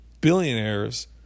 billionaires